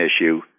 issue